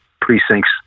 precincts